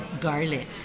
garlic